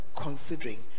Considering